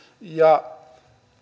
ja